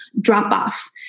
drop-off